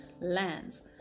lands